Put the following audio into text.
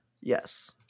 yes